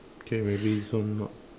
okay maybe this one not